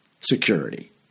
security